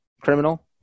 criminal